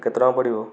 କେତେ ଟଙ୍କା ପଡ଼ିବ